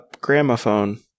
gramophone